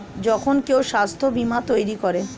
যখন কেউ স্বাস্থ্য বীমা তৈরী করে